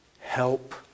help